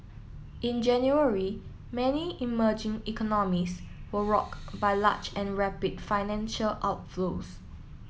in January many emerging economies were rock by large and rapid financial outflows